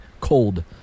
cold